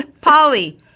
Polly